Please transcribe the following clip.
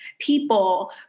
people